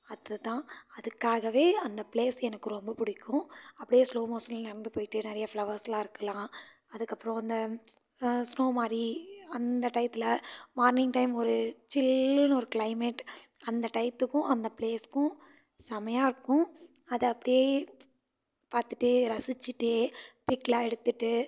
அது தான் அதுக்காகவே அந்த ப்ளேஸ் எனக்கு ரொம்ப பிடிக்கும் அப்படியே ஸ்லோமோஷன்ல நடந்து போய்கிட்டு நிறைய ஃப்ளவர்ஸ்ஸெலாம் இருக்கலாம் அதுக்கப்புறம் அந்த ஸ்னோமாதிரி அந்த டையத்தில் மார்னிங் டைம் ஒரு சில்லுனு ஒரு க்ளைமேட் அந்த டையத்துக்கும் அந்த ப்ளேஸ்க்கும் செமையாக இருக்கும் அதை அப்படியே பார்த்துகிட்டே ரசிச்சிட்டே பிக்கெலாம் எடுத்துகிட்டு